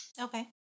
Okay